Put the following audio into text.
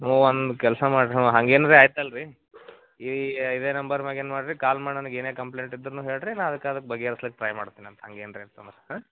ನೀವ್ ಒಂದು ಕೆಲಸ ಮಾಡ್ರಿ ಹ್ಞೂ ಹಂಗೇನಾರೂ ಆಯ್ತು ಅಲ್ಲ ರಿ ಈ ಇದೇ ನಂಬರ್ ಮ್ಯಾಗೆ ಏನು ಮಾಡಿರಿ ಕಾಲ್ ಮಾಡಿ ನನಗೇನೇ ಕಂಪ್ಲೇಂಟ್ ಇದ್ದರೂನು ಹೇಳಿರಿ ನಾ ಅದಕ್ಕೆ ಅದಕ್ಕೆ ಬಗೆಹರ್ಸ್ಲಿಕ್ಕೆ ಟ್ರೈ ಮಾಡ್ತೀನಂತೆ ಹಂಗೇನು ಏನರ ಇತ್ತು ಅಂದರೆ ಹಾಂ